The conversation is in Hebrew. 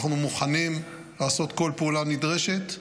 אנחנו מוכנים לעשות כל פעולה נדרשת.